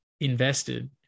invested